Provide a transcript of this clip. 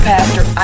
Pastor